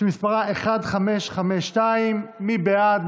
שמספרה 1552. מי בעד?